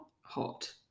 hot